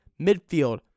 Midfield